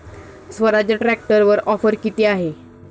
स्वराज्य ट्रॅक्टरवर ऑफर किती आहे?